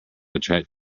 attract